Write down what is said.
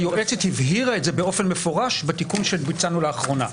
היועצת הבהירה את זה באופן מפורש בתיקון שביצענו לאחרונה.